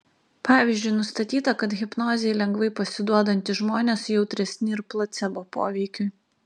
pavyzdžiui nustatyta kad hipnozei lengvai pasiduodantys žmonės jautresni ir placebo poveikiui